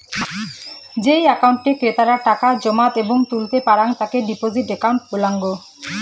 যেই একাউন্টে ক্রেতারা টাকা জমাত এবং তুলতে পারাং তাকে ডিপোজিট একাউন্ট বলাঙ্গ